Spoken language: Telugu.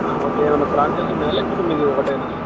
ఓకే ఏమైన్నా బ్రాంచెస్ ఉన్నాయా లేకపోతే మీది ఒకటైనా